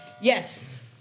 Yes